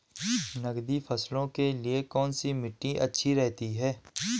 नकदी फसलों के लिए कौन सी मिट्टी अच्छी रहती है?